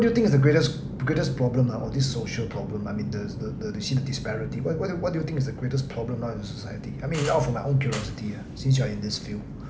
what what do you think is the greatest the greatest problem ah or this social problem I mean the the the you see the disparity what what do you what do you is the greatest problem now in the society I mean out for my own curiosity yeah since you are in this field